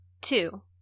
two